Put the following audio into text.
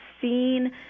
seen